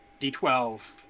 d12